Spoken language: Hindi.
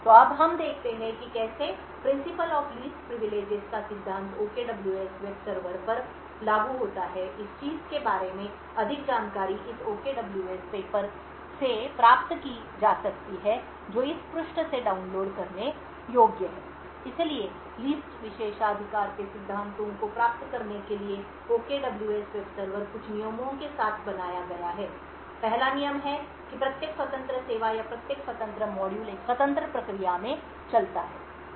तो अब हम देखते हैं कि कैसे Principle of Least privileges का सिद्धांत OKWS वेब सर्वर पर लागू होता है इस चीज़ के बारे में अधिक जानकारी इस OKWS पेपर से प्राप्त की जा सकती है जो इस पृष्ठ से डाउनलोड करने योग्य है इसलिए Least विशेषाधिकार के सिद्धांत को प्राप्त करने के लिए OKWS वेब सर्वर कुछ नियमों के साथ बनाया गया है पहला नियम यह है कि प्रत्येक स्वतंत्र सेवा या प्रत्येक स्वतंत्र मॉड्यूल एक स्वतंत्र प्रक्रिया में चलता है